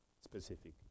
specific